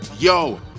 Yo